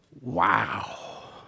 Wow